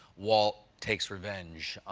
walt takes revenge.